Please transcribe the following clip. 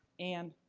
and